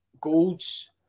golds